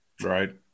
right